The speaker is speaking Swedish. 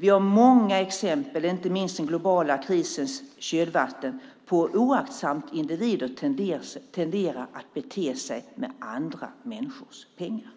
Vi har många exempel, inte minst i den globala krisens kölvatten, på hur oaktsamt individer tenderar att bete sig med andra människors pengar.